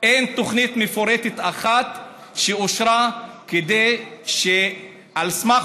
ואין תוכנית מפורטת אחת שאושרה כך שעל סמך